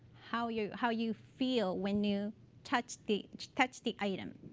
how you how you feel when you touch the touch the item.